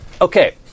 Okay